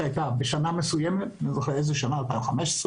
יהיו על חשבון